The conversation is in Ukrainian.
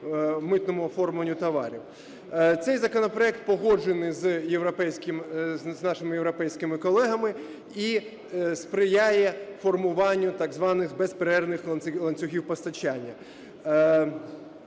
митному оформленню товарів. Цей законопроект погоджений з нашими європейськими колегами і сприяє формуванню так званих безперервних ланцюгів постачання.